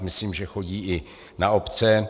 Myslím, že chodí i na obce.